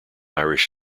irish